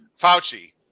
Fauci